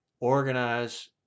Organize